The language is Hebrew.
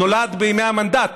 נולד בימי המנדט.